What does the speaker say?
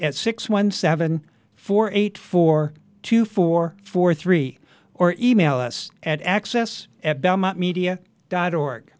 at six one seven four eight four two four four three or email us at access at belmont media dot org